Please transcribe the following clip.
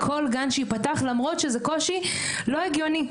למרות שמדובר בקושי שהוא לא הגיוני.